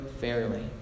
fairly